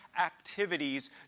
activities